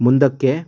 ಮುಂದಕ್ಕೆ